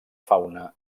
fauna